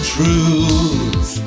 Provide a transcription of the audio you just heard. Truth